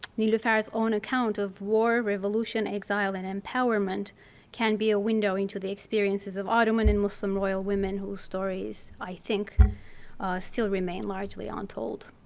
niloufer's own account of war, revolution, exile and empowerment can be a window into the experiences of ottoman and muslim royal women whose stories i think still remain largely untold.